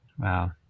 Wow